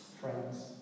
friends